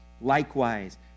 likewise